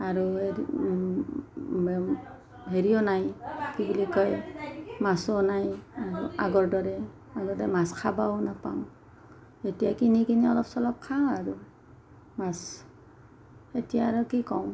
আৰু হেৰিও নাই কি বুলি কয় মাছো নাই আগৰ দৰে আগতে মাছ খাবও নাপাওঁ এতিয়া কিনি কিনি অলপ চলপ খাওঁ আৰু মাছ এতিয়া আৰু কি কওঁ